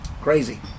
crazy